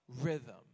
rhythm